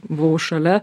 buvau šalia